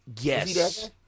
Yes